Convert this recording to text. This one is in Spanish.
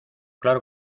claro